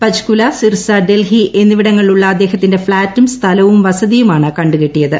പഞ്ച്കൂല സിർസ ഡൽഹി എന്നിവിടങ്ങളിലുള്ള അദ്ദേഹത്തിന്റെ ഫ്ളാറ്റും സ്ഥലവും വസതിയുമാണ് കണ്ടുകെട്ടിയത്